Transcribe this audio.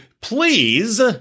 please